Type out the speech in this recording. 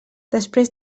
després